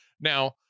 Now